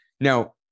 Now